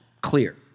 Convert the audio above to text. clear